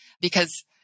because-